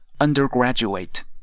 undergraduate